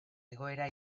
egoera